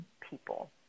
people